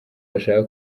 bashaka